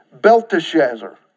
Belteshazzar